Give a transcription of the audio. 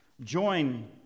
Join